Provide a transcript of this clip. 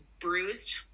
bruised